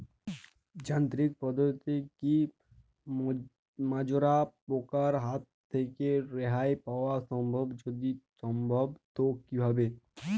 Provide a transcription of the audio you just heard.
যান্ত্রিক পদ্ধতিতে কী মাজরা পোকার হাত থেকে রেহাই পাওয়া সম্ভব যদি সম্ভব তো কী ভাবে?